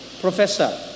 professor